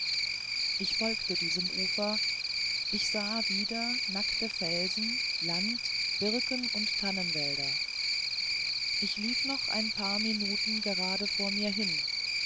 ich folgte diesem ufer ich sah wieder nackte felsen land birken und tannenwälder ich lief noch ein paar minuten gerade vor mir hin